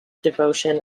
devotion